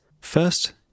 First